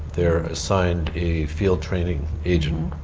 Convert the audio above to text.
they're assigned a field training agent.